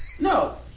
No